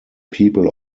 people